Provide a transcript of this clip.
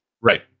right